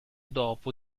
dopo